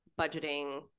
budgeting